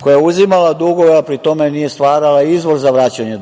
koja je uzimala dugove, a pri tome nije stvarala izvoz za vraćanje